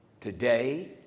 Today